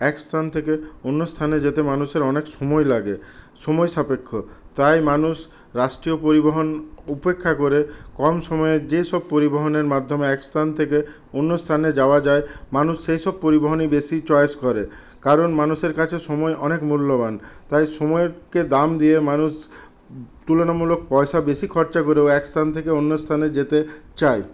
এক স্থান থেকে অন্য স্থানে যেতে মানুষের অনেক সময় লাগে সময়সাপেক্ষ তাই মানুষ রাষ্ট্রীয় পরিবহন উপেক্ষা করে কম সময়ে যেসব পরিবহনের মাধ্যমে এক স্থান থেকে অন্য স্থানে যাওয়া যায় মানুষ সেই সব পরিবহনই বেশি চয়েজ করে কারণ মানুষের কাছে সময় অনেক মূল্যবান তাই সময়কে দাম দিয়ে মানুষ তুলনামূলক পয়সা বেশি খরচা করেও এক স্থান থেকে অন্য স্থানে যেতে চায়